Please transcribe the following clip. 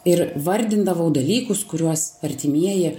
ir vardindavau dalykus kuriuos artimieji